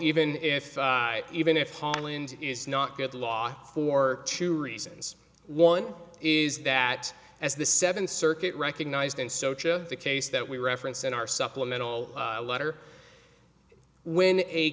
even if even if holland is not good law for two reasons one is that as the seventh circuit recognized in socha the case that we referenced in our supplemental letter when a